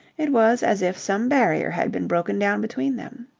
it was as if some barrier had been broken down between them.